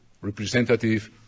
representative